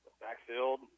Backfield